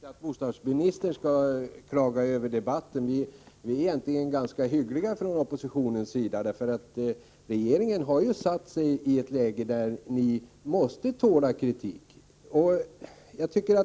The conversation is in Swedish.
Herr talman! Jag tycker inte att bostadsministern skall klaga över debatten. Vi är egentligen ganska hyggliga från oppositionens sida. Regeringen har ju försatt sig i ett läge där ni måste tåla kritik.